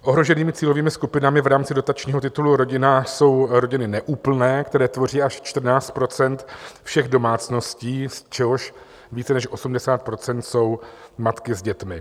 Ohroženými cílovými skupinami v rámci dotačního titulu Rodina jsou rodiny neúplné, které tvoří až 14 % všech domácností, z čehož více než 80 % jsou matky s dětmi.